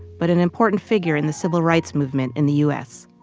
but an important figure in the civil rights movement in the u s.